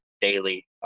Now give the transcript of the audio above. daily